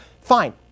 Fine